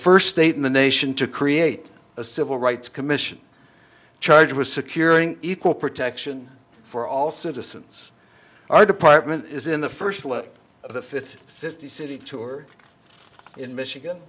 first state in the nation to create a civil rights commission charged with securing equal protection for all citizens our department is in the first leg of the fifth fifty city tour in michigan